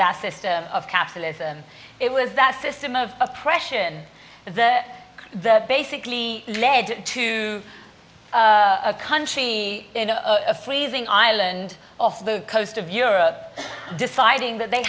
that system of capitalism it was that system of oppression that the basically led to a country and a freezing island off the coast of europe deciding that they